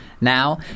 now